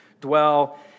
dwell